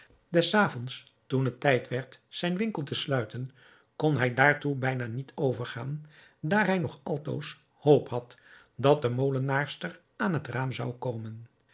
des avonds toen het tijd werd zijn winkel te sluiten kon hij daartoe bijna niet overgaan daar hij nog altoos hoop had dat de molenaarster aan het raam zou komen